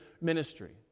ministry